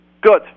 Good